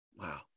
Wow